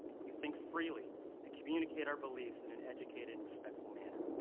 we can think freely and communicate our beliefs in an educated and respectful manner.